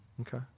Okay